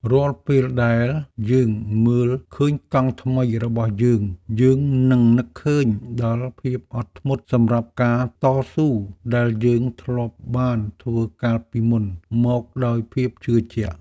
រាល់ពេលដែលយើងមើលឃើញកង់ថ្មីរបស់យើងយើងនឹងនឹកឃើញដល់ភាពអត់ធ្មត់សម្រាប់ការតស៊ូដែលយើងធ្លាប់បានធ្វើកាលពីមុនមកដោយភាពជឿជាក់។